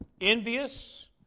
Envious